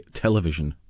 television